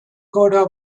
coda